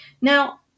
now